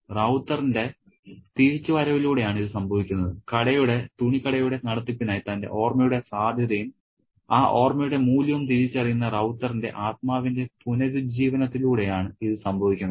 റൌത്തറിന്റെ തിരിച്ചുവരവിലൂടെയാണ് ഇത് സംഭവിക്കുന്നത് കടയുടെ തുണിക്കടയുടെ നടത്തിപ്പിനായി തന്റെ ഓർമ്മയുടെ സാധ്യതയും ആ ഓർമ്മയുടെ മൂല്യവും തിരിച്ചറിയുന്ന റൌത്തറിന്റെ ആത്മാവിന്റെ പുനരുജ്ജീവനത്തിലൂടെയാണ് ഇത് സംഭവിക്കുന്നത്